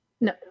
No